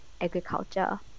agriculture